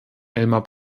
elmar